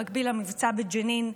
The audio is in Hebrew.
במקביל למבצע בג'נין,